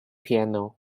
piano